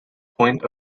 point